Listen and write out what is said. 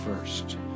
first